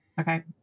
Okay